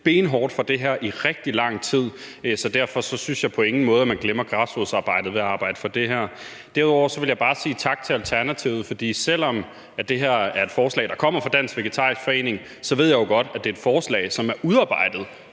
benhårdt for det her i rigtig lang tid. Derfor synes jeg på ingen måde, at man glemmer græsrodsarbejdet ved at arbejde for det her. Derudover vil jeg bare sige tak til Alternativet, for selv om det her er et forslag, der kommer fra Dansk Vegetarisk Forening, så ved jeg jo godt, at det er et beslutningsforslag, der er udarbejdet